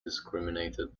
discriminated